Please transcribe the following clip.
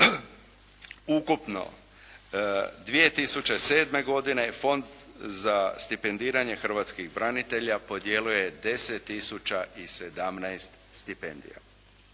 Ukupno 2007. godine Fond za stipendiranje hrvatskih branitelja podijelio je 10 tisuća i 17 stipendija.